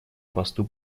посту